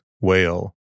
whale